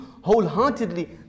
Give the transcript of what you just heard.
wholeheartedly